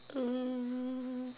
um